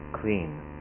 clean